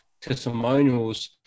testimonials